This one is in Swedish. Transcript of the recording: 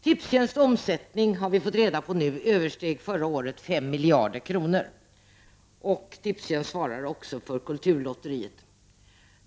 Tipstjänsts omsättning översteg förra året 5 miljarder kronor, har vi nu fått reda på. Tipstjänst svarar också för kulturlotteriet.